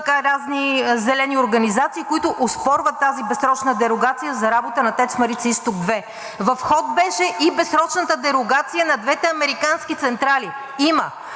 разни зелени организации, които оспорват тази безсрочна дерогация за работа на ТЕЦ „Марица изток 2“. В ход беше и безсрочната дерогация на двете американски централи.